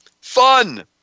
Fun